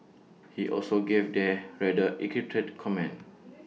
he also gave their rather cryptic comment